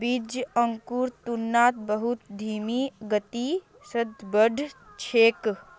बीज अंकुरेर तुलनात बहुत धीमी गति स बढ़ छेक